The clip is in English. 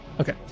okay